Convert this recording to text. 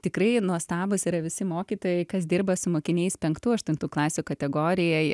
tikrai nuostabūs yra visi mokytojai kas dirba su mokiniais penktų aštuntų klasių kategorijai